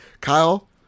Kyle